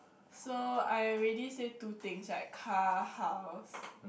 so I already say two things right car house